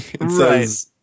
Right